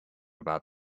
about